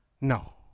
No